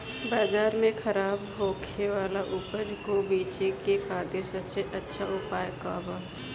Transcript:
बाजार में खराब होखे वाला उपज को बेचे के खातिर सबसे अच्छा उपाय का बा?